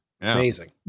Amazing